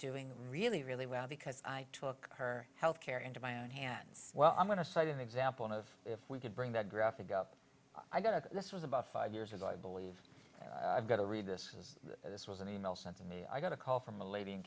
doing really really well because i took her health care into my own hands well i'm going to cite an example of if we could bring that graphic up i got of this was about five years ago i believe i've got to read this was this was an e mail sent to me i got a call from a lady in